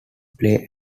play